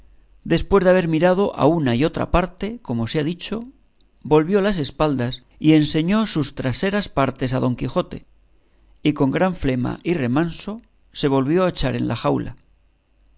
después de haber mirado a una y otra parte como se ha dicho volvió las espaldas y enseñó sus traseras partes a don quijote y con gran flema y remanso se volvió a echar en la jaula